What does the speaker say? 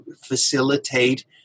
facilitate